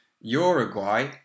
Uruguay